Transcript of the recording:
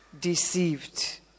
deceived